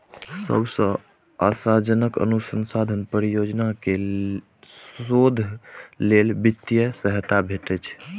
सबसं आशाजनक अनुसंधान परियोजना कें शोध लेल वित्तीय सहायता भेटै छै